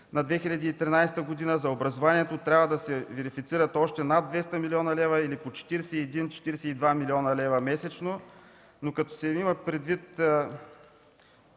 на 2013 г. за образование трябва да се верифицират още над 200 млн. лв. или по 41-42 млн. лв. месечно. Но като се има предвид,